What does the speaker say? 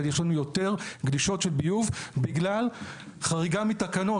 ויש לנו יותר גלישות של ביוב בגלל חריגה מתקנות.